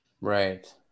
Right